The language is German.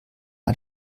ein